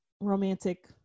romantic